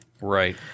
Right